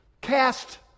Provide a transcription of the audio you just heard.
cast